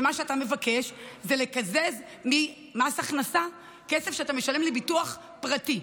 מה שאתה מבקש זה לקזז ממס הכנסה כסף שאתה משלם לביטוח פרטי,